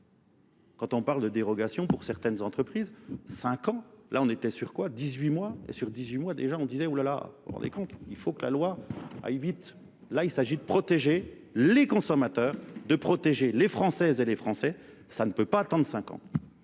Quand on parle de dérogation pour certaines entreprises, 5 ans, là on était sur quoi ? 18 mois, et sur 18 mois déjà on disait, oulala, rendez compte, il faut que la loi aille vite. Là il s'agit de protéger les consommateurs, de protéger les Françaises et les Français, ça ne peut pas attendre 5 ans.